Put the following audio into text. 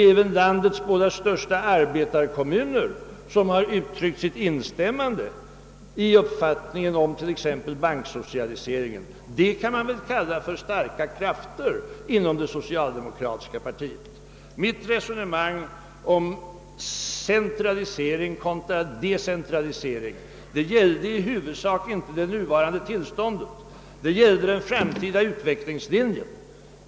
även landets båda största arbetarkommuner har ju uttryckt sitt instämmande i t.ex. kravet på banksocialisering. Det kan man väl kalla starka krafter inom det socialdemokratiska partiet! Mitt resonemang om centralisering kontra decentralisering gällde i huvudsak inte det nuvarande tillståndet utan den framtida utvecklingslinjen.